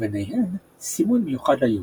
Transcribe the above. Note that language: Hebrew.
וביניהן - סימון מיוחד ליהודים,